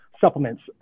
supplements